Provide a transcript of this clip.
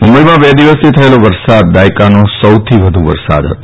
મુંબઇમાં બે દિવસથી થયેલો વરસાદ દાયકાનો સૌથી વ્ધુ વરસાદ હતો